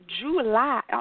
July